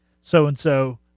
So-and-so